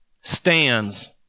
stands